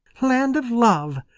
land of love!